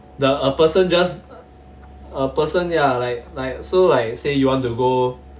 the a person just a person ya like like so like you say you want to go